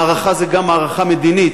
מערכה זה גם מערכה מדינית.